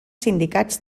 sindicats